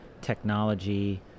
technology